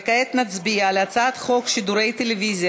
כעת נצביע על הצעת חוק שידורי טלוויזיה